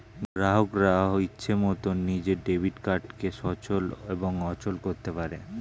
গ্রাহকরা ইচ্ছে মতন নিজের ডেবিট কার্ডকে সচল এবং অচল করতে পারে